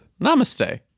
Namaste